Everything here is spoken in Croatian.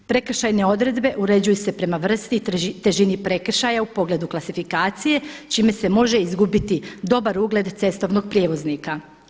Prekršajne odredbe uređuju se prema vrsti i težini prekršaja u pogledu klasifikacije čime se može izgubiti dobar ugled cestovnog prijevoznika.